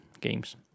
games